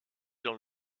dans